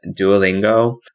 Duolingo